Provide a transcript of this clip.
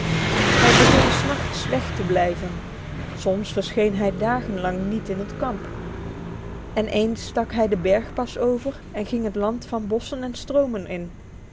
hij begon s nachts weg te blijven soms verscheen hij dagenlang niet in het kamp en eens stak hij de bergpas over en ging het land van bossen en stromen in